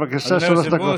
בבקשה, שלוש דקות.